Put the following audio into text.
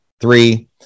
three